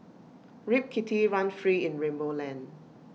Rip Kitty run free in rainbow land